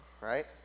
right